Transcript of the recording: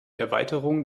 erweiterung